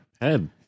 head